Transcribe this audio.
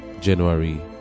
January